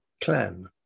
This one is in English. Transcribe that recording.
CLAN